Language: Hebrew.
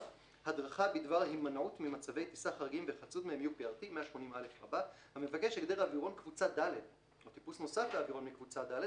הדרכה בדבר הימנעות ממצבי טיסה חריגים והיחלצות מהם (UPRT) 180א'. המבקש הגדר אווירון קבוצה ד' או טיפוס נוסף באווירון קבוצה ד',